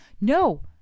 no